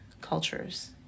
cultures